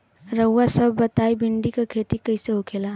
रउआ सभ बताई भिंडी क खेती कईसे होखेला?